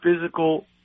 physical